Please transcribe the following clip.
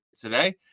today